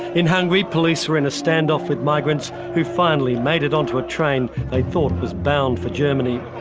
in hungary, police were in a stand-off with migrants who finally made it onto a train they thought was bound for germany,